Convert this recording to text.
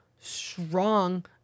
strong